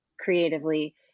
creatively